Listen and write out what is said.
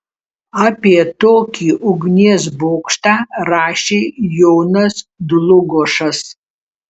apie tokį ugnies bokštą rašė jonas dlugošas